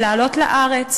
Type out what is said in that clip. לעלות לארץ,